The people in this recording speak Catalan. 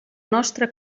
nostre